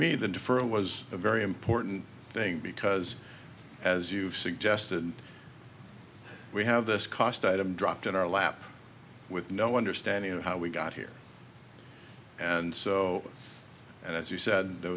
me the deferral was a very important thing because as you've suggested we have this cost item dropped in our lap with no understanding of how we got here and so as you said there